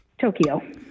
Tokyo